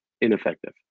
ineffective